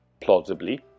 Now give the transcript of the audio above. plausibly